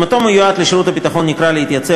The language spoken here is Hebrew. אם אותו מיועד לשירות ביטחון נקרא להתייצב